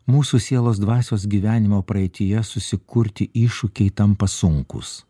mūsų sielos dvasios gyvenimo praeityje susikurti iššūkiai tampa sunkūs